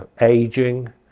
aging